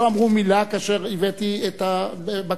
לא אמרו מלה כאשר הבאתי את הבקשה,